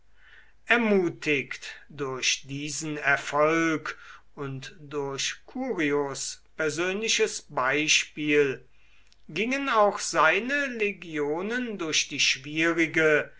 ermutigt durch diesen erfolg und durch curios persönliches beispiel gingen auch seine legionen durch die schwierige